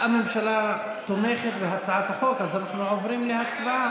הממשלה תומכת בהצעת החוק, אז אנחנו עוברים להצבעה.